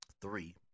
Three